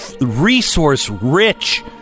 resource-rich